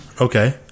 Okay